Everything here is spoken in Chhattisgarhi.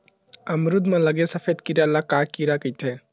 अमरूद म लगे सफेद कीरा ल का कीरा कइथे?